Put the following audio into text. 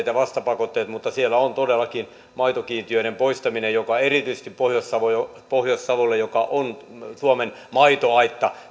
ja vastapakotteet mutta siellä on todellakin maitokiintiöiden poistamisella erityisesti pohjois savolle joka on suomen maitoaitta